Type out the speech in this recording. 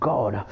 God